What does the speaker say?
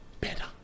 better